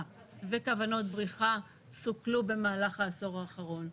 וכוונות בריחה סוכלו במהלך העשור האחרון.